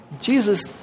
Jesus